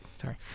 Sorry